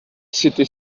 city